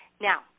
Now